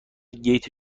گیت